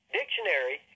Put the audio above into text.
dictionary